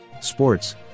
Sports